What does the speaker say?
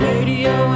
Radio